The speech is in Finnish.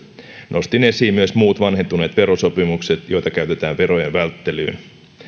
nostin esiin myös muut vanhentuneet verosopimukset joita käytetään verojen välttelyyn